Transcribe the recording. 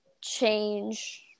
change